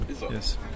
Yes